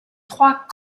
trois